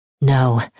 No